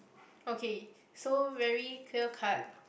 okay so very clear cut